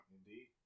Indeed